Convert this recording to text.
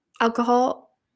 alcohol